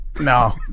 No